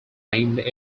named